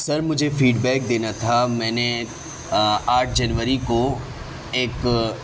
سر مجھے فیڈبیک دینا تھا میں نے آٹھ جنوری کو ایک